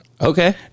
Okay